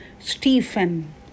Stephen